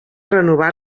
renovar